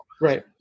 right